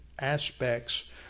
aspects